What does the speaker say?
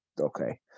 okay